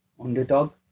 underdog